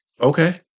Okay